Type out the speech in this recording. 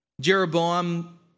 Jeroboam